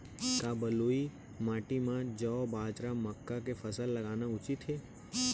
का बलुई माटी म जौ, बाजरा, मक्का के फसल लगाना उचित हे?